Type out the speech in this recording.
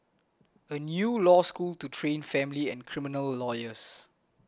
a new law school to train family and criminal lawyers